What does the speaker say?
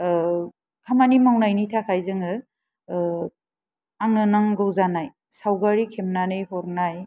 खामानि मावनायनि थाखाय जोङो आंनो नांगौ जानाय सावगारि खेबनानै हरनाय